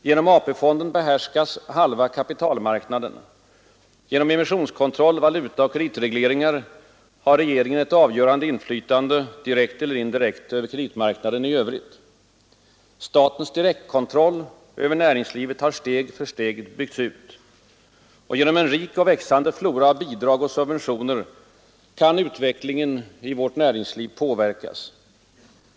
Genom AP-fonden behärskas halva kapitalmarknaden. Genom emissionskontroll och valutaoch kreditregleringar har regeringen ett avgörande inflytande — direkt eller indirekt — över kreditmarknaden i övrigt. Statens direktkontroll över näringslivet har steg för steg byggts ut. Genom en rik och växlande flora av bidrag och subventioner kan utvecklingen i vårt näringsliv påverkas.